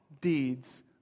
deeds